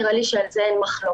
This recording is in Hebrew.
נראה לי שעל זה אין מחלוקת.